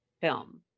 film